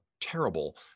terrible